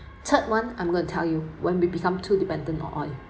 third one I'm gonna tell you when we become too dependent on oil